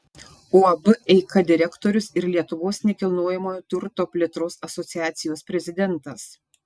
uab eika direktorius ir lietuvos nekilnojamojo turto plėtros asociacijos prezidentas